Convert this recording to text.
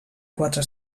quatre